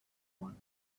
one